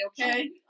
okay